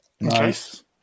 Nice